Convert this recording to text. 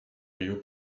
rio